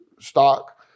stock